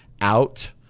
out